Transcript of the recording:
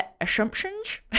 assumptions